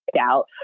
out